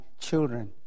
children